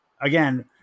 again